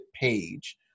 page